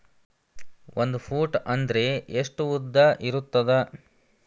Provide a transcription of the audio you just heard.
ಒಂದು ಫೂಟ್ ಅಂದ್ರೆ ಎಷ್ಟು ಉದ್ದ ಇರುತ್ತದ?